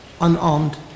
unarmed